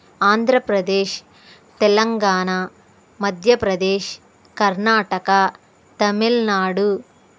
Andhra Pradesh Telangana Madhya Pradesh Karnataka Tamil Nadu